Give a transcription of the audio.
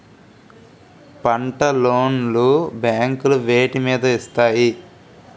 పంట లోన్ లు బ్యాంకులు వేటి మీద ఇస్తాయి?